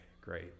great